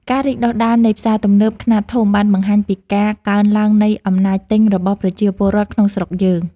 ការរីកដុះដាលនៃផ្សារទំនើបខ្នាតធំបានបង្ហាញពីការកើនឡើងនៃអំណាចទិញរបស់ប្រជាពលរដ្ឋក្នុងស្រុកយើង។